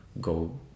go